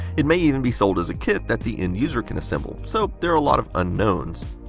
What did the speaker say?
it may even be sold as a kit that the end user can assemble. so there are a lot of unknowns.